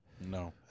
No